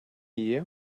iyi